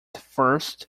first